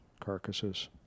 carcasses